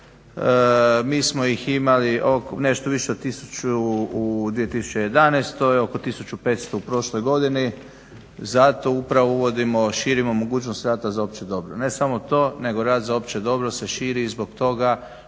Mi smo ih imali nešto više od 1000 u 2011., oko 1500 u prošloj godini. Zato upravo uvodimo, širimo mogućnost rada za opće dobro. Ne samo to nego rad za opće dobro se širi i zbog toga